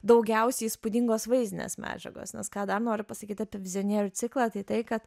daugiausiai įspūdingos vaizdinės medžiagos nes ką dar noriu pasakyt apie vizionierių ciklą tai tai kad